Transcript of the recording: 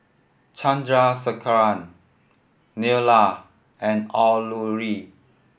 Chandrasekaran Neila and Alluri